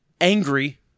angry